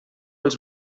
els